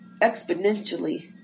exponentially